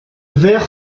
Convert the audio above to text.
ver